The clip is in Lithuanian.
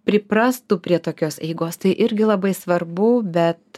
priprastų prie tokios eigos tai irgi labai svarbu bet